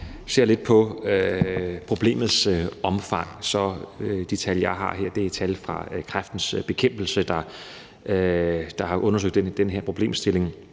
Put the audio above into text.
kan se lidt af problemets omfang ved at se på de tal, jeg har her, og som er tal fra Kræftens Bekæmpelse, der har undersøgt den her problemstilling.